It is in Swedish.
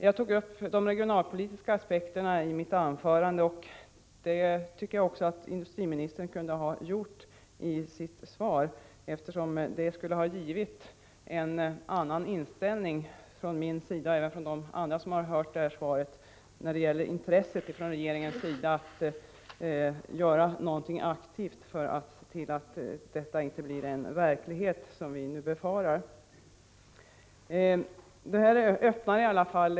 Jag tog upp de regionalpolitiska aspekterna i mitt anförande, och jag tycker att industriministern skulle ha kunnat göra det också i sitt svar. Det skulle ha åstadkommit en annan inställning hos mig — och även hos andra som har lyssnat till svaret — när det gäller regeringens intresse att göra någonting aktivt för att se till att det vi nu befarar inte blir verklighet.